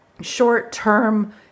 short-term